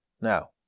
Now